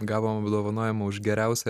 gavom apdovanojimą už geriausią